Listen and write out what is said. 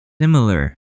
Similar